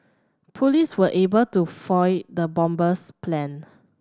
police were able to foil the bomber's plan